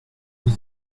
vous